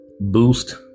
boost